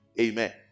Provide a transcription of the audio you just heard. Amen